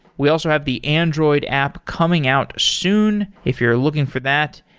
we also have the android app coming out soon, if you're looking for that.